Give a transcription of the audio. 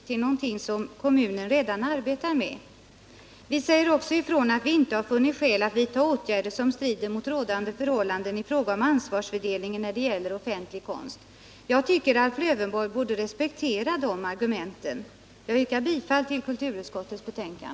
Herr talman! Självfallet bör riksdagen i det skede som detta ärende befinner sig inte ta initiativ till någonting som kommunen redan arbetar med. Vi säger också ifrån att vi inte har funnit skäl att vidta åtgärder som strider mot rådande förhållanden i fråga om ansvarsfördelningen när det gäller offenlig konst. Jag tycker att Alf Lövenborg bör respektera de argumenten. Herr talman! Jag yrkar bifall till kulturutskottets hemställan.